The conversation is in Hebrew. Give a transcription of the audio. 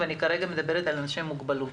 ואני כרגע מדברת על אנשים עם מוגבלות.